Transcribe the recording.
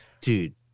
Dude